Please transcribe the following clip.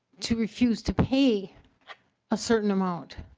to refuse to pay a certain amount